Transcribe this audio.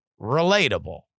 relatable